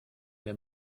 der